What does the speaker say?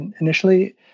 initially